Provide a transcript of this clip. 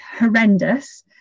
horrendous